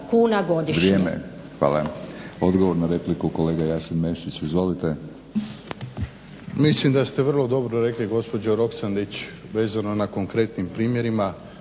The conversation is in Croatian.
kuna godišnje.